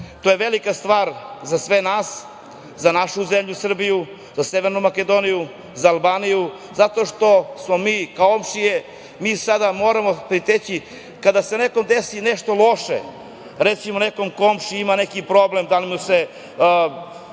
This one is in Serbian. to je velika stvar za sve nas, za našu zemlju Srbiju, za Severnu Makedoniju, za Albaniju, zato što smo mi komšije. Mi moramo priteći. Kada se nekome desi nešto loše, recimo, nekom komšiji, ima neki problem, da li mu se